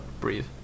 Breathe